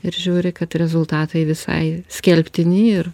ir žiūri kad rezultatai visai skelbtini ir